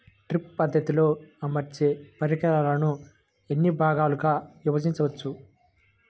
Drip పద్ధతిలో అమర్చే పరికరాలను ఎన్ని భాగాలుగా విభజించవచ్చు?